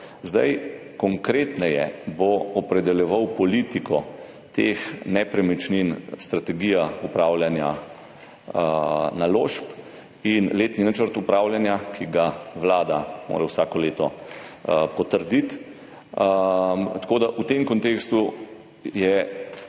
Konkretneje bosta opredeljevala politiko teh nepremičnin strategija upravljanja naložb in letni načrt upravljanja, ki ga mora Vlada vsako leto potrditi. Tako da je v tem kontekstu,